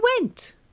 went